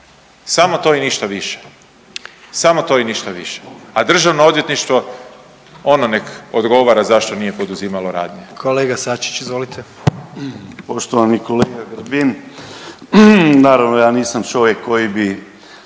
Samo to i ništa više. A državno odvjetništvo ono nek odgovara zašto nije poduzimalo radnje.